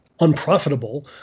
unprofitable